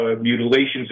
mutilations